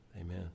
amen